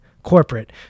Corporate